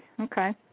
Okay